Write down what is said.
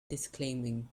disclaiming